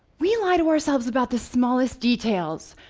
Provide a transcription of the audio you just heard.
we lie to ourselves about the smallest details,